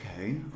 okay